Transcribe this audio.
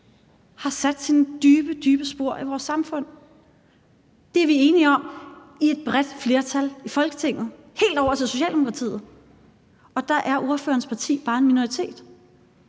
har sat sine dybe, dybe spor i vores samfund. Det er vi enige om i et bredt flertal i Folketinget, helt over til Socialdemokratiet, og der er ordførerens parti bare en minoritet.